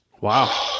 Wow